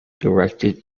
directed